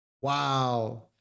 Wow